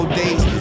days